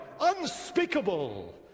unspeakable